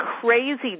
crazy